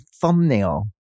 thumbnail